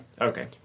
Okay